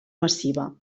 massiva